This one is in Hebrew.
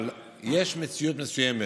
אבל יש מציאות מסוימת,